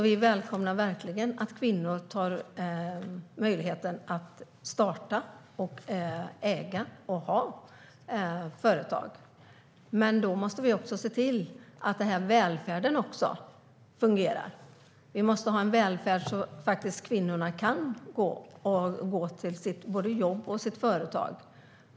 Vi välkomnar verkligen att kvinnor startar, äger och driver företag. Men då måste vi se till att välfärden fungerar. Det måste finnas en välfärd som gör att kvinnorna kan gå till jobbet eller driva företag.